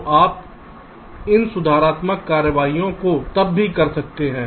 तो आप इन सुधारात्मक कार्रवाइयों को तब भी कर सकते हैं